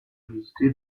existé